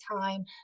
time